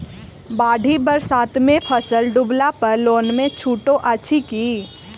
बाढ़ि बरसातमे फसल डुबला पर लोनमे छुटो अछि की